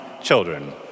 children